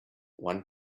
one